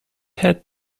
had